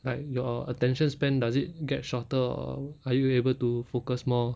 like your attention span does it get shorter or are you able to focus more